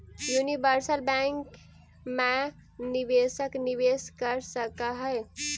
universal bank मैं निवेशक निवेश कर सकऽ हइ